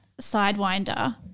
Sidewinder